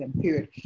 period